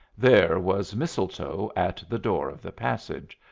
there was mistletoe at the door of the passage,